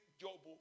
job